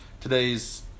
today's